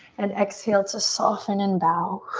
and exhale to soften and bow.